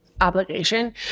obligation